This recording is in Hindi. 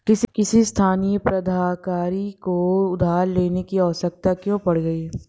किसी स्थानीय प्राधिकारी को उधार लेने की आवश्यकता क्यों पड़ गई?